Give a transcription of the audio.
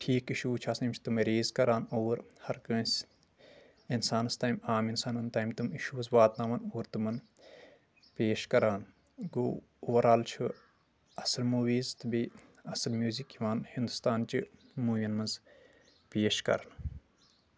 ٹھیٖک اِشوٗز چھِ آسان یِم چھِ تِم ریز کران اور ہر کٲنٛسہِ انسانس تام عام انسانن تام تِم اِشوٗز واتناوان اور تٔمن پیش کران گوٚو اوور آل چھِ اصل موٗویٖز تہٕ بیٚیہِ اصل میوٗزک یِوان ہندوستانچہِ موٗوین منٛز پیش کرنہٕ